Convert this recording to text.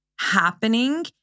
happening